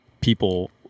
people